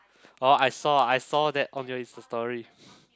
oh I saw I saw that on your Insta Story